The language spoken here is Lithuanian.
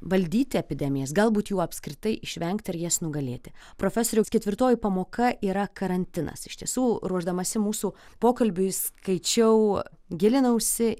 valdyti epidemijas galbūt jų apskritai išvengti ar jas nugalėti profesoriaus ketvirtoji pamoka yra karantinas iš tiesų ruošdamasi mūsų pokalbiui skaičiau gilinausi